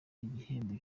igihembo